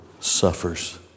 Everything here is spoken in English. suffers